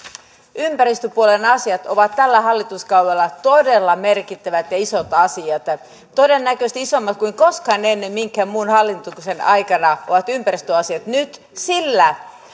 ympäristöpuolen asiat ovat tällä hallituskaudella todella merkittäviä ja isoja asioita todennäköisesti isommat kuin koskaan ennen minkään muun hallituksen aikana ovat ympäristöasiat nyt sillä